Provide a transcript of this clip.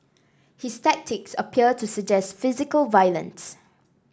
his tactics appear to suggest physical violence